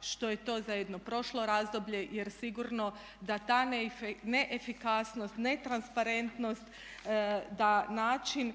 što je to za jedno prošlo razdoblje jer sigurno da ta neefikasnost, netransparentnost da način